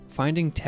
finding